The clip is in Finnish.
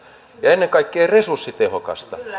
ja ennen kaikkea resurssitehokasta